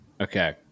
Okay